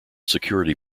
security